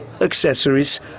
accessories